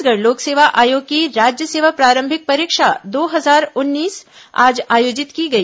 छत्तीसगढ़ लोक सेवा आयोग की राज्य सेवा प्रारंभिक परीक्षा दो हजार उन्नीस आज आयोजित की गई